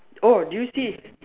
oh do you see